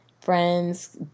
friends